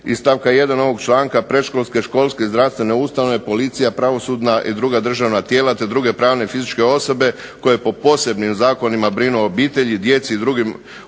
stavka 1. ovog članka predškolske, školske, zdravstvene ustanove, policija, pravosudna i druga državna tijela te druge pravne i fizičke osobe koje po posebnim zakonima brinu o obitelji, djeci i drugim osobama